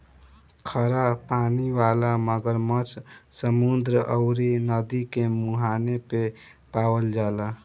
खरा पानी वाला मगरमच्छ समुंदर अउरी नदी के मुहाने पे पावल जाला